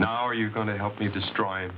now are you going to help you destroy